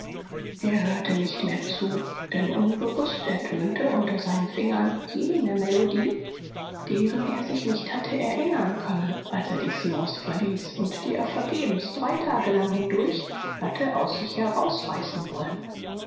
er hörte nicht mehr zu denn unbewußt ertönte unter seinen fingern jene melodie deren er sich nicht hatte erinnern können als er die seance verließ und die er vergebens drei lange tage hindurch hatte aus sich herausreißen wollen